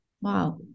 Wow